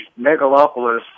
megalopolis